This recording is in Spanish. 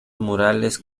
murales